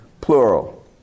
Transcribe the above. plural